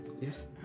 Yes